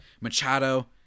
Machado